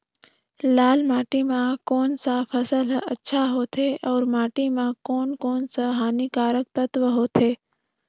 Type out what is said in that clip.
लाल माटी मां कोन सा फसल ह अच्छा होथे अउर माटी म कोन कोन स हानिकारक तत्व होथे?